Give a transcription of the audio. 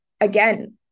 again